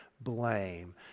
blame